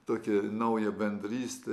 tokią naują bendrystę